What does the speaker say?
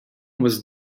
was